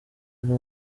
izo